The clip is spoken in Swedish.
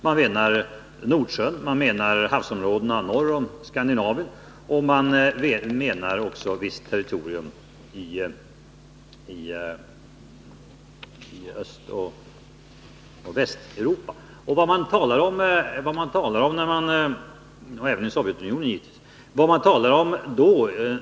Man menar Nordsjön, havsområdena norr om Skandinavien liksom också visst territorium i Östoch Västeuropa samt i Sovjetunionen.